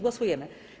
Głosujemy.